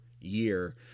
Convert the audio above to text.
year